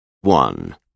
One